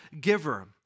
giver